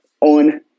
on